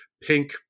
pink